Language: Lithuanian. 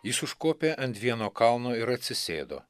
jis užkopė ant vieno kalno ir atsisėdo